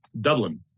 Dublin